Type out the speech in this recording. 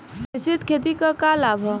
मिश्रित खेती क का लाभ ह?